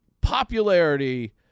popularity